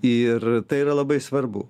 ir tai yra labai svarbu